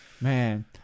man